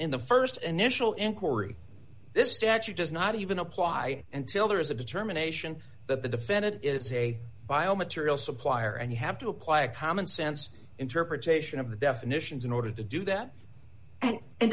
in the st initial inquiry this statute does not even apply until there is a determination that the defendant is a bio material supplier and you have to apply a commonsense interpretation of the definitions in order to do that and